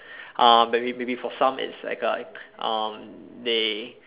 um maybe maybe for some it's like um they